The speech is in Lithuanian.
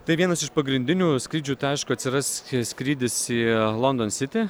tai vienas iš pagrindinių skrydžių tai aišku atsiras skrydis į london sitį